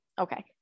okay